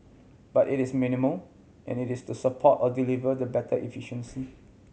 but it is minimal and it is to support or deliver the better efficiency